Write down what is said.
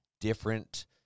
different